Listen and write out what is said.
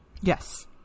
Yes